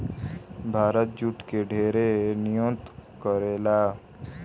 Bharat jute के ढेर निर्यात करेला